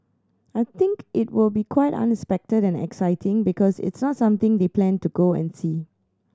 I think it will be quite unexpected and exciting because it's not something they plan to go and see